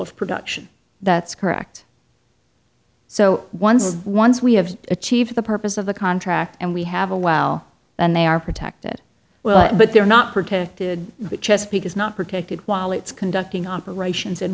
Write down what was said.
of production that's correct so once once we have achieved the purpose of the contract and we have a well and they are protected well but they're not protected chesapeake is not protected while it's conducting operations